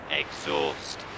exhaust